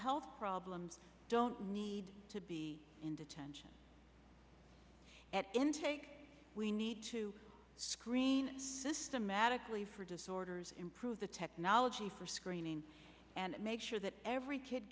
health problems don't need to be in detention at intake we need to screen systematically for disorders improve the technology for screening and make sure that every kid